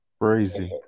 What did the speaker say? Crazy